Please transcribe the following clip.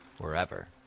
forever